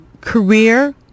career